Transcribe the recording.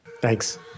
Thanks